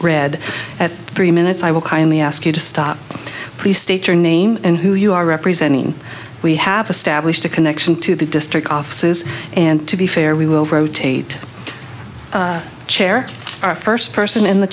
red at three minutes i will kindly ask you to stop please state your name and who you are representing we have established a connection to the district offices and to be fair we will rotate chair our first person in the